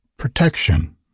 Protection